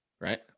right